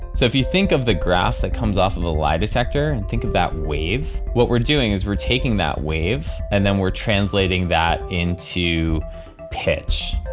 so if you think of the graph that comes off of the lie detector and think of that wave, what we're doing is we're taking that wave and then we're translating that into pitch